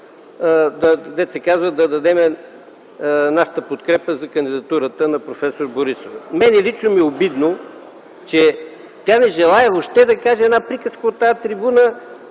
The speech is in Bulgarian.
да дадем нашата подкрепа за кандидатурата на проф. Борисова. На мен лично ми е обидно, че тя не желае въобще да каже една приказка от тази трибуна